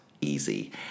easy